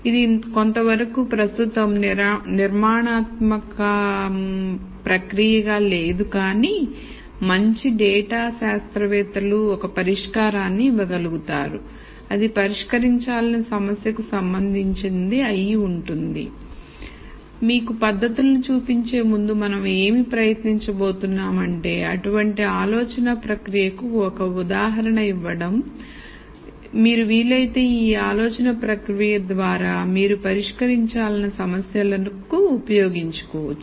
ఇది కొంతవరకు ప్రస్తుతం నిర్మాణాత్మకం ప్రక్రియ గా లేదు కానీ మంచి డేటా శాస్త్రవేత్తలు ఒక పరిష్కారాన్ని ఇవ్వగలుగుతారు అది పరిష్కరించాల్సిన సమస్యకు సంబంధించింది అయి ఉంటుంది మీకు పద్ధతులను చూపించే ముందు మనం ఏమి ప్రయత్నించబోతున్నాం అంటే అటువంటి ఆలోచన ప్రక్రియకు ఒక ఉదాహరణ ఇవ్వడం మీరు వీలైతే ఈ ఆలోచనా ప్రక్రియ ద్వారా మీరు పరిష్కరించాల్సిన సమస్యలకు ఉపయోగించుకోవచ్చు